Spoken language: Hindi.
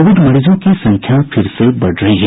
कोविड मरीजों की संख्या फिर से बढ़ रही है